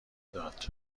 داد